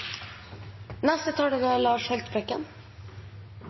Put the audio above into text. Neste taler er